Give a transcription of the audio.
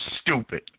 stupid